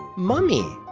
mummy